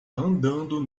andando